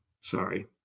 Sorry